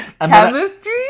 chemistry